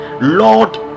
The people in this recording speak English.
Lord